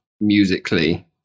musically